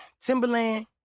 Timberland